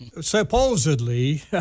supposedly